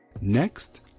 Next